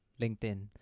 LinkedIn